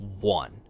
one